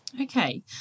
Okay